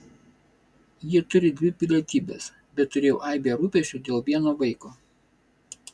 jie turi dvi pilietybes bet turėjau aibę rūpesčių dėl vieno vaiko